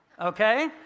okay